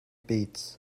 beats